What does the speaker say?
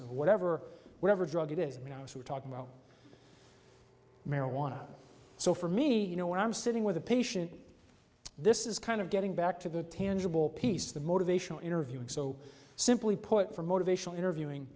of whatever whatever drug it is now so we're talking about marijuana so for me you know when i'm sitting with a patient this is kind of getting back to the tangible piece of the motivational interviewing so simply put for motivational interviewing